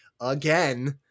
again